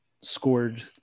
scored